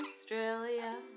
Australia